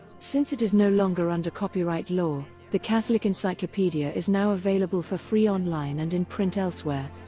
since it is no longer under copyright law, the catholic encyclopedia is now available for free online and in print elsewhere.